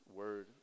word